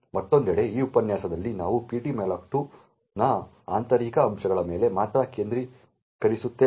ಮತ್ತೊಂದೆಡೆ ಈ ಉಪನ್ಯಾಸದಲ್ಲಿ ನಾವು ptmalloc2 ನ ಆಂತರಿಕ ಅಂಶಗಳ ಮೇಲೆ ಮಾತ್ರ ಕೇಂದ್ರೀಕರಿಸುತ್ತೇವೆ